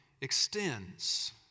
extends